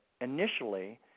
initially